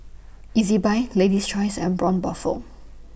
Ezbuy Lady's Choice and Braun Buffel